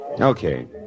Okay